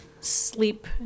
sleep